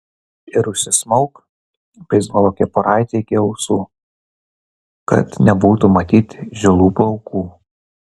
ir užsismauk beisbolo kepuraitę iki ausų kad nebūtų matyti žilų plaukų